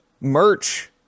merch